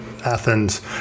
Athens